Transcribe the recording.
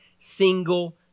single